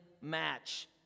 match